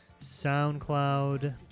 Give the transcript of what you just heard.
SoundCloud